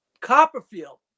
Copperfield